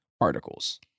articles